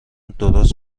درست